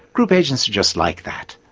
group agents are just like that.